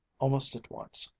almost at once,